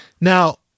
Now